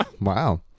wow